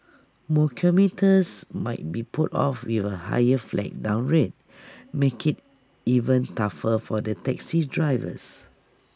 more commuters might be put off with A higher flag down rate making IT even tougher for the taxi drivers